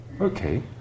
Okay